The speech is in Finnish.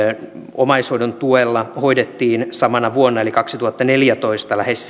omaishoidon tuella hoidettiin samana vuonna eli kaksituhattaneljätoista lähes